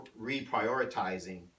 reprioritizing